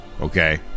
okay